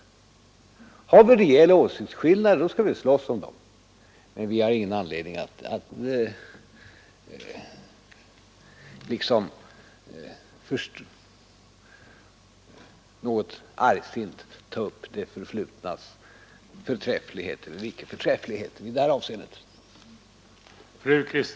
Om vi däremot har rejäla åsiktsskillnader, så skall vi slåss om dem, men vi har ingen anledning att liksom något argsint ta upp det förflutnas förträfflighet eller icke förträfflighet.